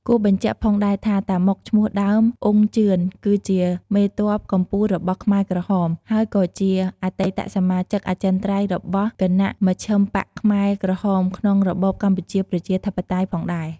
គួរបញ្ជាក់ផងដែរថា តាម៉ុក ឈ្មោះដើម អ៊ុង ជឿន គឺជាមេទ័ពកំពូលរបស់ខ្មែរក្រហម ហើយក៏ជាអតីតសមាជិកអចិន្ត្រៃយ៍របស់គណមជ្ឈិមបក្សខ្មែរក្រហម ក្នុងរបបកម្ពុជាប្រជាធិបតេយ្យផងដែរ។